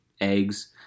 eggs